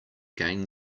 gain